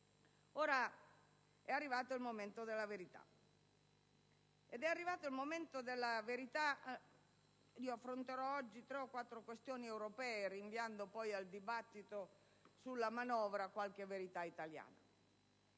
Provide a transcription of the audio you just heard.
È arrivato ora il momento della verità. Affronterò oggi tre o quattro questioni europee, rinviando poi al dibattito sulla manovra qualche verità italiana.